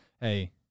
hey